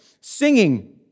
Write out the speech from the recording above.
Singing